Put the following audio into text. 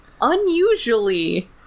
unusually